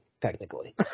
technically